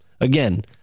Again